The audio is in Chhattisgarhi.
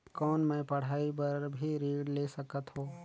कौन मै पढ़ाई बर भी ऋण ले सकत हो?